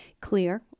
Clear